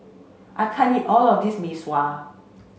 I can't eat all of this Mee Sua